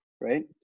right